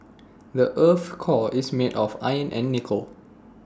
the Earth's core is made of iron and nickel